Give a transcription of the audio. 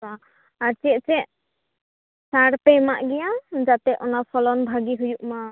ᱟᱨ ᱪᱮᱫ ᱪᱮᱫ ᱥᱟᱨ ᱯᱮ ᱮᱢᱟᱜ ᱜᱮᱭᱟ ᱡᱟᱛᱮ ᱚᱱᱟ ᱯᱷᱚᱞᱚᱱ ᱵᱷᱟᱜᱮ ᱦᱩᱭᱩᱜ ᱢᱟ